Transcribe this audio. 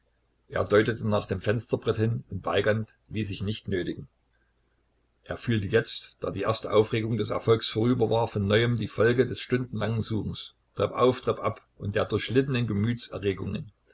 er deutete nach dem fensterbrett hin und weigand ließ sich nicht nötigen er fühlte jetzt da die erste aufregung des erfolges vorüber war von neuem die folgen des stundenlangen suchens treppauf treppab und der durchlittenen